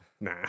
Nah